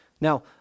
Now